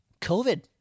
COVID